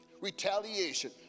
retaliation